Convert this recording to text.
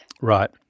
Right